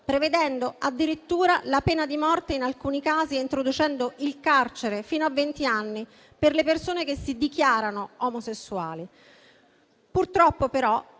prevedendo addirittura la pena di morte in alcuni casi e introducendo il carcere fino a vent'anni per le persone che si dichiarano omosessuali. Purtroppo, però,